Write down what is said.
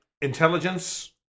intelligence